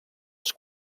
als